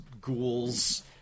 ghouls